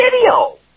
video